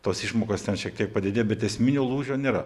tos išmokos ten šiek tiek padidėjo bet esminio lūžio nėra